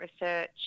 research